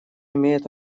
имеет